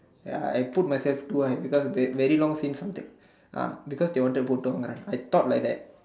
ya I put myself to why because very long since ah because they want to put Tong ah I thought like that